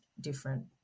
different